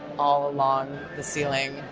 all along the ceiling.